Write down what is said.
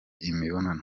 imibonano